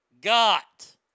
got